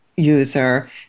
user